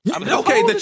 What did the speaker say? okay